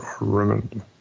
Remnant